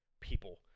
people